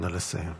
-- נא לסיים.